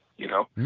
you know?